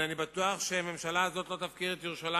אלא אני בטוח שהממשלה הזאת לא תפקיר את ירושלים,